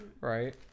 right